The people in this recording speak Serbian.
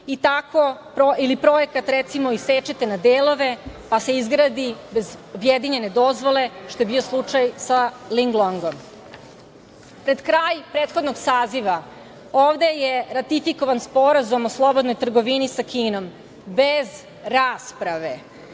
ili recimo projekat isečete na delove pa se izgradi bez objedinjene dozvole, što je bio slučaj sa Ling-longom. Pred kraj prethodnog saziva ovde je ratifikovan Sporazum o slobodnoj trgovini sa Kinom, bez rasprave